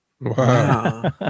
Wow